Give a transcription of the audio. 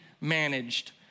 managed